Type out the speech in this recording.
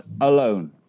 alone